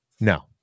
No